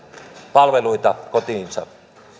palveluita kotiinsa